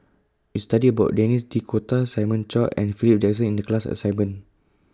We studied about Denis D'Cotta Simon Chua and Philip Jackson in The class assignment